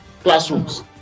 Classrooms